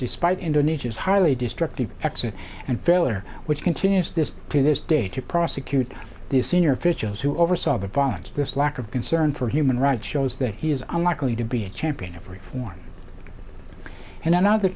despite indonesia's highly destructive exit and failure which continues this to this day to prosecute the senior officials who oversaw the violence this lack of concern for human rights shows that he is unlikely to be a champion of reform and another